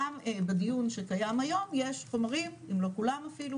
גם בדיון שקיים היום יש חומרים אם לא כולם אפילו